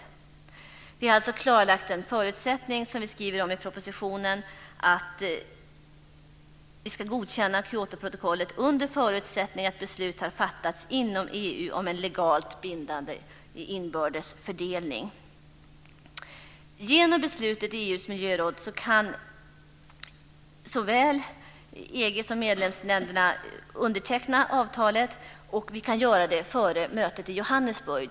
Vi har alltså klarlagt den förutsättning som vi skriver om i propositionen, att vi ska godkänna Kyotoprotokollet under förutsättning att beslut har fattats inom EU om en legalt bindande inbördes fördelning. Genom beslutet i EU:s miljöråd kan såväl EG som medlemsländerna underteckna avtalet, och vi kan göra det före mötet i Johannesburg.